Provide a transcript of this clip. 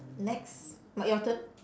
next now your turn